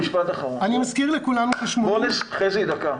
חזי, דקה,